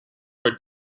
were